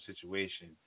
Situation